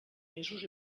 mesos